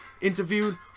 Interviewed